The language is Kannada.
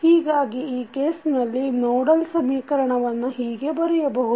ಹೀಗಾಗಿ ಈ ಕೇಸ್ನಲ್ಲಿ ನೋಡಲ್ ಸಮೀಕರಣವನ್ನು ಹೀಗೆ ಬರೆಯಬಹುದು